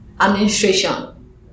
administration